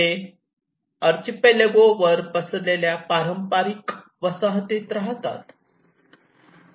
जे अरचीपेलगो वर पसरलेल्या पारंपारिक वसाहतीत राहतात